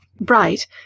bright